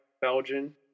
Belgian